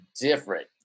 different